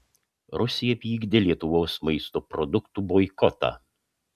rusija vykdė lietuvos maisto produktų boikotą